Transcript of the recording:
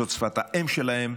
זאת שפת האם שלהם,